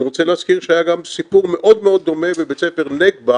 רוצה להזכיר שהיה גם סיפור מאוד מאוד דומה בבית ספר נגבה